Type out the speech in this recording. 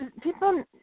people